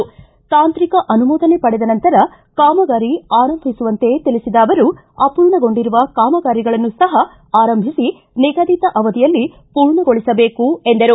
ತಾಂತ್ರಿಕ ಅನುಮೋದನೆ ಪಡೆದ ನಂತರ ಕಾಮಗಾರಿ ಆರಂಭಿಸುವಂತೆ ತಿಳಿಸಿದ ಅವರು ಅಪೂರ್ಣಗೊಂಡಿರುವ ಕಾಮಗಾರಿಗಳನ್ನು ಸಹ ಆರಂಭಿಸಿ ನಿಗದಿತ ಅವಧಿಯಲ್ಲಿ ಪೂರ್ಣಗೊಳಿಸಬೇಕು ಎಂದರು